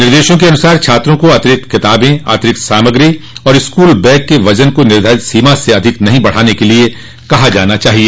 निदंश के अनुसार छात्रों को अतिरिक्त किताबें अतिरिक्त सामग्री और स्कूल बैग के वजन को निर्धारित सीमा से अधिक नहीं बढ़ाने के लिए कहा जाना चाहिए